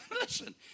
listen